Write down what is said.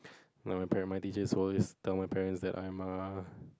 no my parents my teachers always tell my parents that I'm err